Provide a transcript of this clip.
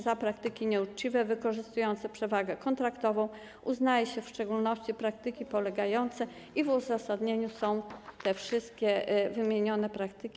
Za praktyki nieuczciwe wykorzystujące przewagę kontraktową uznaje się w szczególności praktyki polegające - i w uzasadnieniu są wymienione te wszystkie praktyki.